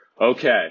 okay